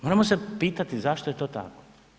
Moramo se pitati zašto je to tako?